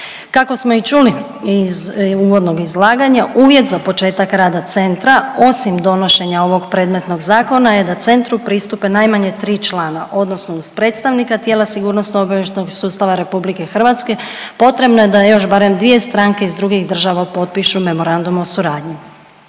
Kako smo i čuli iz, uvodnog izlaganja, uvjet za početak rada Centra, osim donošenja ovog predmetnog zakona je da Centru pristupe najmanje 3 člana, odnosno iz predstavnika tijela sigurnosno-obavještajnog sustava RH potrebno je da još barem dvije stranke iz drugih država potpišu memorandum o suradnji.